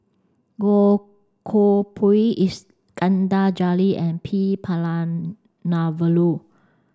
Goh Koh Pui Iskandar Jalil and P Palanivelu